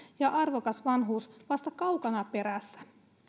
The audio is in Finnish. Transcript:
ja arvokas vanhuus vasta kaukana perässä